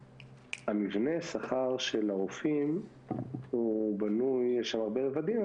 מבנה השכר של הרופאים בנוי יש שם הרבה רבדים,